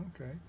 Okay